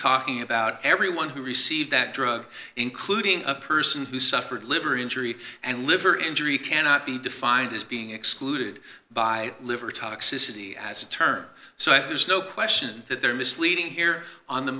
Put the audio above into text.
talking about everyone who received that drug including a person who suffered liver injury and liver injury cannot be defined as being excluded by liver toxicity as a term so if there's no question that they're misleading here on the